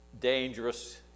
dangerous